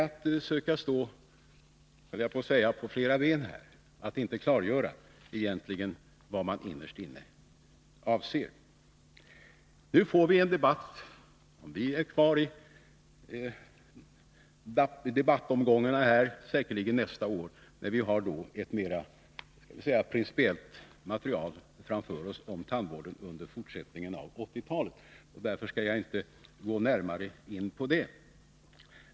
Att inte klargöra vad man innerst inne avser är — kan man säga — att försöka att stå på många ben. Vi kan, om vi är kvar, nästa år föra en debatt på grundval av ett material om tandvården under fortsättningen av 1980-talet. Därför skall jag inte gå närmare in på detta.